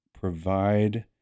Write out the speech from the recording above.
Provide